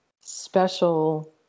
special